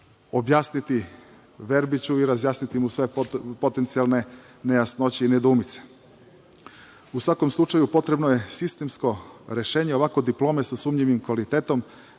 objasniti Verbiću i razjasniti mu sve potencijalne nejasnoće i nedoumice.U svakom slučaju potrebno je sistemsko rešenje. Ovakve diplome sa sumnjivim kvalitetom